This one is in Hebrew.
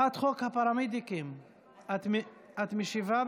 את משיבה?